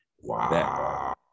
Wow